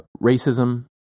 racism